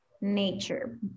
nature